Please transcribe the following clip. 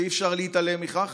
ואי-אפשר להתעלם מכך.